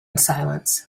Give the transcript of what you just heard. silence